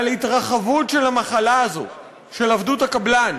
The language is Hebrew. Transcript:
על התרחבות של המחלה הזאת, של עבדות הקבלן,